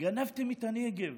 גנבתם את הנגב